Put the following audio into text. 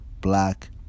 Black